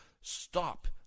Stop